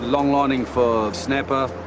long-lining for snapper,